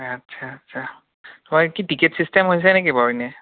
আচ্ছা আচ্ছা হয় কি টিকেট চিষ্টেম হৈছে নেকি বাৰু এনে